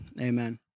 amen